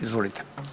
Izvolite.